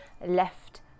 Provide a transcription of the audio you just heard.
left